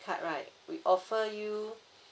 card right we offer you